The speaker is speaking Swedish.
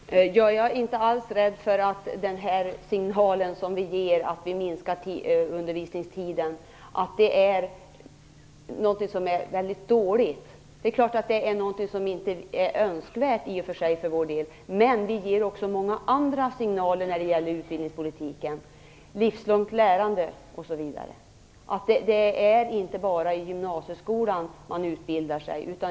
Herr talman! Jag är inte alls rädd när det gäller den signal som vi ger om en minskad undervisningstid. Detta är inte någonting väldigt dåligt. Det är klart att det inte är någon önskvärd åtgärd, men vi ger också många andra signaler när det gäller utbildningspolitiken, t.ex. i fråga om livslångt lärande. Det är inte bara i gymnasieskolan som man utbildar sig.